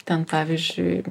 ten pavyzdžiui